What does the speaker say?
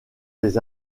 des